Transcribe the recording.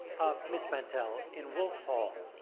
miss mantel, in wolf hall,